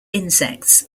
insects